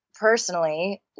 personally